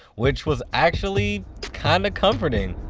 which was actually kind of comforting